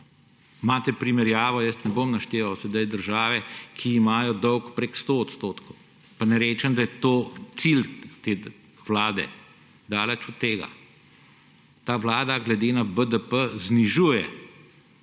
Imate primerjavo, jaz zdaj ne bom našteval držav, ki imajo dolg prek 100 %. Pa ne rečem, da je to cilj te vlade, daleč od tega. Ta vlada glede na BDP znižuje